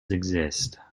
exist